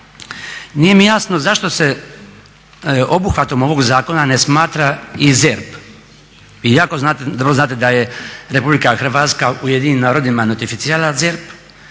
nije mi jasno zašto se obuhvatom ovog zakona ne smatra i ZERP. Vi jako dobro znate da je Republika Hrvatska UN-u notificirala ZERP